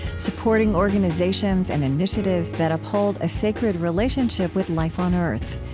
supporting organizations and initiatives that uphold a sacred relationship with life on earth.